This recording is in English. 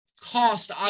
cost